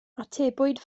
atebwyd